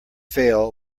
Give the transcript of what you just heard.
fail